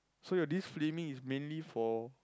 so your this filming is mainly for